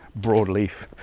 broadleaf